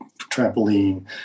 trampoline